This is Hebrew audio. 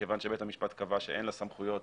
כיוון שבית המשפט קבע שאין לה סמכויות